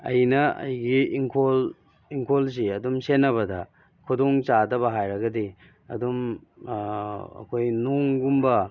ꯑꯩꯅ ꯑꯩꯒꯤ ꯏꯪꯈꯣꯜ ꯏꯪꯈꯣꯜꯁꯤ ꯑꯗꯨꯝ ꯁꯦꯟꯅꯕꯗ ꯈꯨꯗꯣꯡꯆꯥꯗꯕ ꯍꯥꯏꯔꯒꯗꯤ ꯑꯗꯨꯝ ꯑꯩꯈꯣꯏ ꯅꯣꯡꯒꯨꯝꯕ